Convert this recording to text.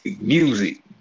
Music